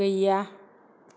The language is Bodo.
गैया